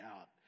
out